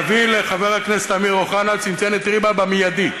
להעביר לחבר הכנסת אמיר אוחנה צנצנת ריבה במיידי.